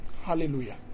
Hallelujah